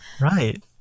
Right